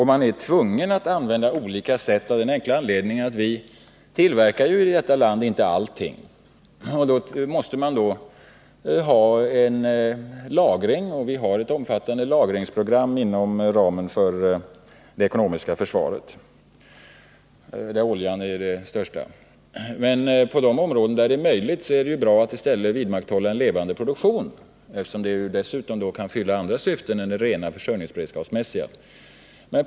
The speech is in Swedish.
Man är tvungen att använda olika sätt av den enkla anledningen att viju inte tillverkar allting i det här landet. Man måste lagra och vi har också ett omfattande lagringsprogram inom ramen för det ekonomiska försvaret. Här är oljan den största produkten. Men på de områden där det är möjligt är det 145 bra att i stället upprätthålla en levande produktion, eftersom då även andra syften än de rent beredskapsmässiga kan fyllas.